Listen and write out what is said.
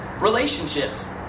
relationships